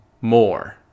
more